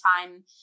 time